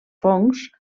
fongs